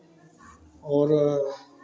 और